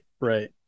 Right